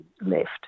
left